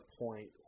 point